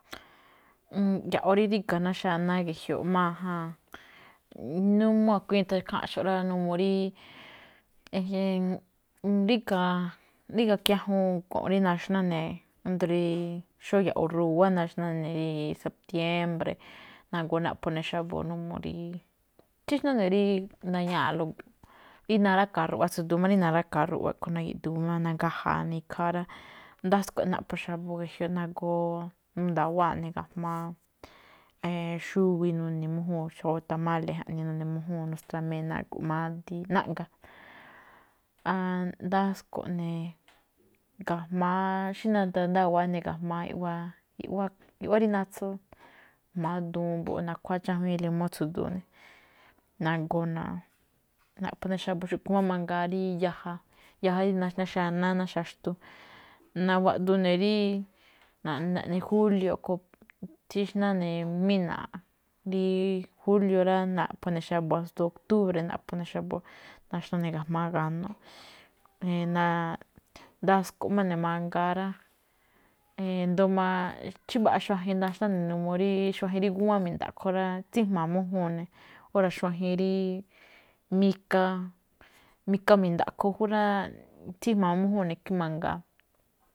ya̱ꞌo̱ rí ríga̱ ná xanáá ge̱jioꞌ májáan, n uu a̱kui̱i̱n i̱tha̱nxo̱ꞌ ikháanxo̱ꞌ rá, n uu rí ríga̱, ríga̱ kiajuun go̱nꞌ rí naxná ne̱, ído̱ rí xó ya̱ꞌo̱ ru̱wá naxnáne̱ rí setiémbre̱, nagoo naꞌpho̱ ne̱ xa̱bo̱, n uu rí, tsíxnáa ne̱ rí ndañáa̱ꞌlóꞌ, rí na̱ka̱a ruꞌwa tsúdu̱u̱ máꞌ rí na̱ráka̱a̱ ruꞌwa a̱ꞌkhue̱n na̱gi̱ꞌdu̱u̱n má, nagaja̱a̱ ne̱ ikhaa rá. Ndasko̱ꞌ naꞌpho̱ xa̱bo̱ gejioꞌ nagoo ṉunda̱wáa̱ ne̱ ga̱jma̱á xuwi nune̱ mújúu̱n ne̱ xó tamále̱ jaꞌnii, nune̱ mújúu̱n ne̱ nustra̱mee̱ ne̱ nago̱ꞌ madíí, naꞌga̱. ndasko̱ꞌne̱ ga̱jma̱á xí natandáwa̱á ne̱ ga̱jma̱á iꞌwá: iꞌwá, iꞌwá rí natso jma̱á duun mbo̱ꞌ nakhuáa chájuíin lemo tsu̱du̱u̱ ne̱. Nagoo na- naꞌpho̱ ne̱ xa̱bo̱ xúꞌkhue̱n máꞌ mangaa rí yaja, yaja rí naxná xanáá ná xaxtu, nawaꞌdu ne̱ rí naꞌne rí julio̱ a̱ꞌkho̱, tsíxnáne̱ jmína̱aꞌ rí julio̱ rá, naꞌpho ne̱ xa̱bo̱, asndo oktúbre̱ naꞌpho̱ ne̱ xa̱bo̱, naxnáne̱ ga̱jma̱á ga̱no̱ꞌ. ndasko̱ꞌmá ne̱ mangaa rá. I̱ndo̱ó chímbaꞌa xuajen naxná ne̱, n uu rí xuajen rí ngúwán me̱daꞌkho rá, tsíjma̱a̱ mújúun ne̱. Óra̱ xuajen rí mika, mika mi̱ndakho jú rá, tsíjma̱a̱ mújúun ne̱ ikhín mangaa.